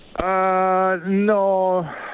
No